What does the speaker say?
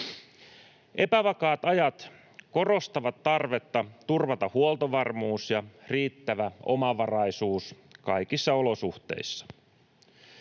Epävakaat ajat korostavat tarvetta turvata huoltovarmuus ja riittävä omavaraisuus kaikissa olosuhteissa.